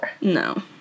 No